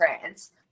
France